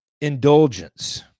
Indulgence